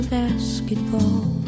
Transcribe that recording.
basketball